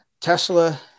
Tesla